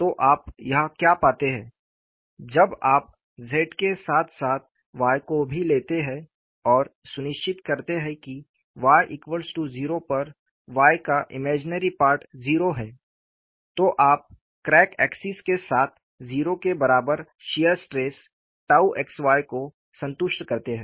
तो आप यहाँ क्या पाते हैं जब आप Z के साथ साथ Y को भी लेते हैं और सुनिश्चित करते हैं कि y 0 पर Y का काल्पनिक भाग 0 है तो आप क्रैक एक्सिस के साथ 0 के बराबर शियर स्ट्रेस 𝜏 xy को संतुष्ट करते हैं